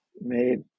made